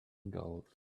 gold